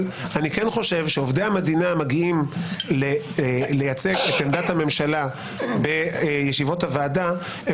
כשעובדי המדינה מגיעים לייצג את עמדת הממשלה בישיבות הוועדה,